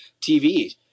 TV